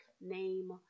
name